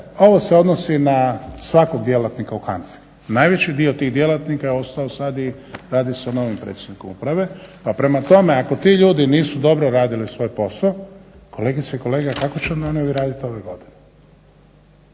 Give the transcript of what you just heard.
Ovo se odnosi na svakog djelatnika u HANFA-i. Najveći dio tih djelatnika je ostao sad i radi sa novim predsjednikom uprave. Pa prema tome, ako ti ljudi nisu dobro radili svoj posao, kolegice i kolege, a kako će onda oni raditi ove godine.